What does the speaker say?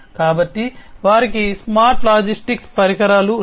కాబట్టి వారికి smart logistics పరిష్కారాలు ఉన్నాయి